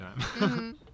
time